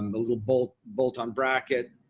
um a little bolt bolt on bracket,